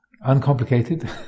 uncomplicated